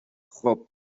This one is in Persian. خوب